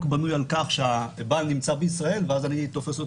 בנוי על-כך שהבעל נמצא בישראל ואז אני תופס אותו